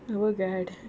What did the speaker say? oh god